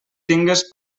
tingues